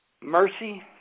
mercy